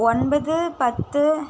ஒன்பது பத்து